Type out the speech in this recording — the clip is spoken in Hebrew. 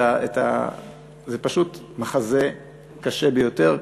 זה פשוט מחזה קשה ביותר,